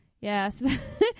Yes